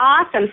Awesome